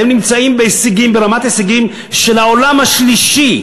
הם נמצאים ברמת הישגים של העולם השלישי,